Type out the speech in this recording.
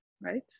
right